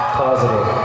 positive